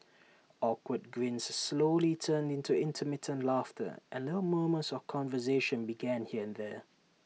awkward grins slowly turned into intermittent laughter and little murmurs of conversation began here and there